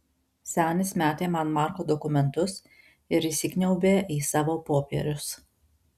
senis metė man marko dokumentus ir įsikniaubė į savo popierius